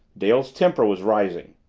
dale's temper was rising.